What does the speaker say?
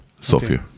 Sofia